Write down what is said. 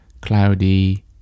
cloudy